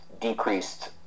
decreased